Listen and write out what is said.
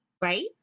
Right